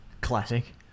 Classic